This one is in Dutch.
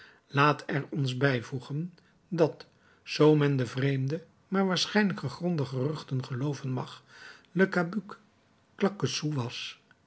laat er ons bijvoegen dat zoo men de vreemde maar waarschijnlijk gegronde geruchten gelooven mag le cabuc claquesous was